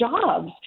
jobs